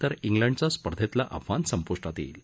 तर िलंडचं स्पर्धेतलं आव्हान संपुष्टात येईल